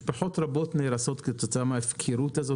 משפחות רבות נהרסות כתוצאה מההפקרות הזו,